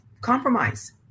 compromise